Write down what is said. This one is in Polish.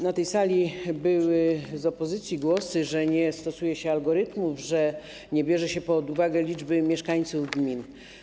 Na tej sali były ze strony opozycji głosy, że nie stosuje się algorytmów, że nie bierze się pod uwagę liczby mieszkańców gmin.